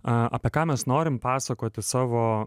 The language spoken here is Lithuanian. a apie ką mes norim pasakoti savo